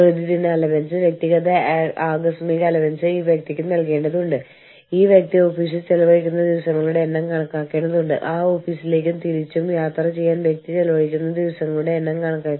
വിവിധ അന്താരാഷ്ട്ര ഓർഗനൈസേഷനുകൾ പ്രസ്താവിച്ചിട്ടുള്ള തുല്യമായ തൊഴിൽ മാനദണ്ഡങ്ങൾ ഇത് നമ്മൾ ഒന്നിലധികം രാജ്യങ്ങളിൽ പ്രവർത്തിക്കുമ്പോൾ നമ്മൾ നേരിടുന്ന ചില പ്രശ്നങ്ങളാണിവ